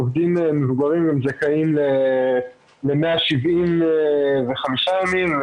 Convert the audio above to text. עובדים מבוגרים זכאים ל-175 ימים,